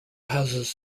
houses